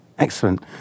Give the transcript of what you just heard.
Excellent